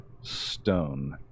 stone